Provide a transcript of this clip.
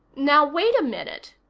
now wait a minute,